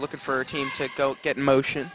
looking for a team to get motion